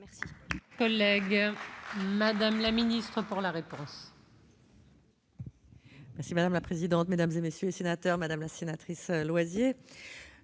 merci.